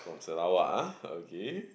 from Sarawak ah okay